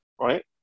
right